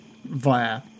Via